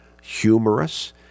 humorous